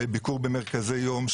בביקור במרכזי יום,